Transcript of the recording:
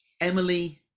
Emily